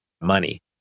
money